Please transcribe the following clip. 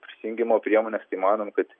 prisijungimo priemones įmanoma kad